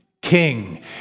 king